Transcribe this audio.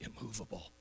immovable